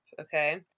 okay